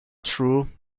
true